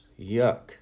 Yuck